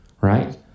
Right